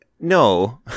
no